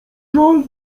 żal